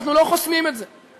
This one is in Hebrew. אנחנו לא חוסמים את זה,